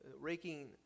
raking